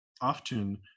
often